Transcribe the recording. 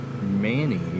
Manny